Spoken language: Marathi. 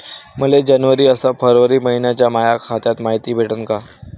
मले जनवरी अस फरवरी मइन्याची माया खात्याची मायती भेटन का?